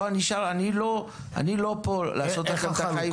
אני לא פה לעשות לכם את החיים